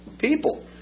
people